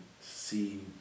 see